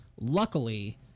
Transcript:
Luckily